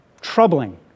troubling